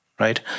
right